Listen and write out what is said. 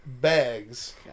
bags